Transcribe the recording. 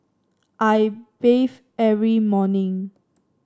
I bathe every morning